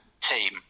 team